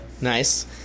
Nice